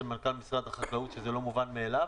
מנכ"ל משרד החקלאות שזה לא מובן מאליו,